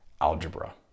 algebra